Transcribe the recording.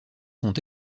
sont